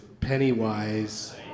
Pennywise